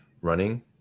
running